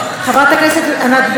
חבר הכנסת דודי אמסלם,